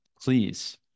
please